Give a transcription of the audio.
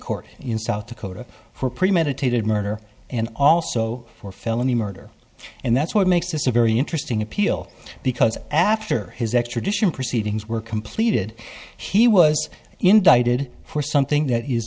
court in south dakota for premeditated murder and also for felony murder and that's what makes this a very interesting appeal because after his extradition proceedings were completed he was indicted for something that is